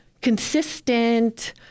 consistent